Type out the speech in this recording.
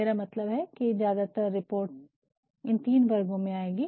मेरा मतलब है कि ज्यादातर रिपोर्ट्स इन तीन वर्गों में आएँगी